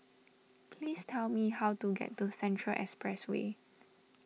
please tell me how to get to Central Expressway